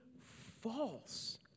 false